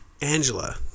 Angela